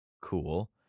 Cool